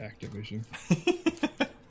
Activision